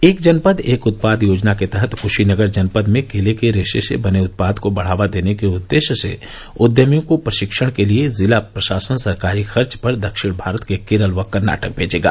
एक जनपद एक उत्पाद योजना के तहत कुशीनगर जनपद में केले के रेशे से बने उत्पाद को बढ़ावा देने के उद्देश्य से उद्यमियों को प्रशिक्षण के लिए जिला प्रशासन सरकारी खर्च पर दक्षिण भारत के केरल व कर्नाटक भेजेगा